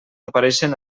apareixen